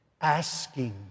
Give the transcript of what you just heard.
asking